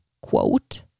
quote